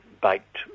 baked